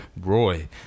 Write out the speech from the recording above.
Roy